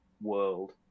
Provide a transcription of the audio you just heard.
world